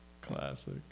Classic